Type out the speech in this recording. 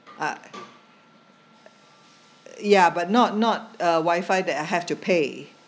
uh ya but not not a wi-fi that I have to pay